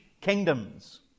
kingdoms